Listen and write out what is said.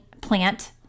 plant